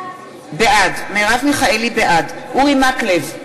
בעד אורי מקלב,